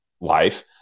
life